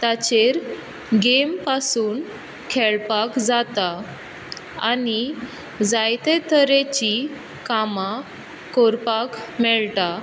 ताचेर गेम पासून खेळपाक जाता आनी जायते तरेची कामां करपाक मेळटा